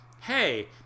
hey